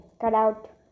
cutout